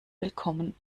willkommen